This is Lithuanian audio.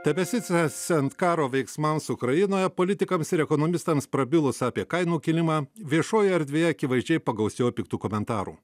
tebesitęsiant karo veiksmams ukrainoje politikams ir ekonomistams prabilus apie kainų kilimą viešojoje erdvėje akivaizdžiai pagausėjo piktų komentarų